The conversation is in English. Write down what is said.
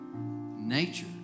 nature